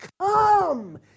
come